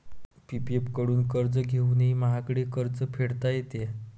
PPF कडून कर्ज घेऊनही महागडे कर्ज फेडता येते